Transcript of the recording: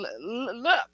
look